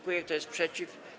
Kto jest przeciw?